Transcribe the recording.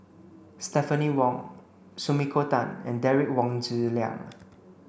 Stephanie Wong Sumiko Tan and Derek Wong Zi Liang